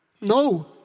No